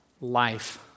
life